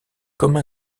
comme